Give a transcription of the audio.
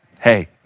hey